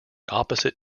opposite